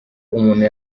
umuntu